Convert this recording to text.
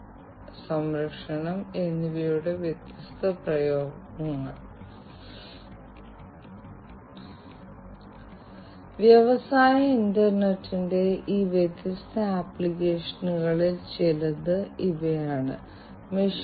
IIoT പശ്ചാത്തലത്തിൽ ഇത്തരം ഡാറ്റകളുടെ സംയോജനം ഒരു വലിയ വെല്ലുവിളിയാണ് വ്യാവസായിക പ്ലാന്റുകളിൽ പരമ്പരാഗത ഓട്ടോമേഷൻ ഉണ്ടായിരുന്നപ്പോൾ ഇത് നേരത്തെ ഉണ്ടായിരുന്നില്ല